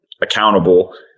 accountable